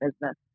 business